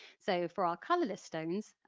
so for our colourless stones,